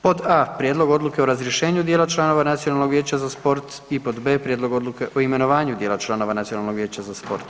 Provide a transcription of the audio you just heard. Pod a) Prijedlog odluke o razrješenju dijela članova Nacionalnog vijeća za sport i pod b) Prijedlog odluke o imenovanju dijela članova Nacionalnog vijeća za sport.